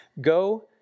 Go